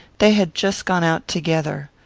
they had just gone out together.